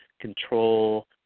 control